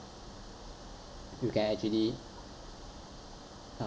you can actually uh